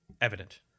evident